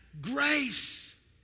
grace